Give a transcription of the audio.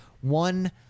one